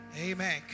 Amen